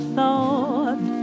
thought